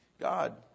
God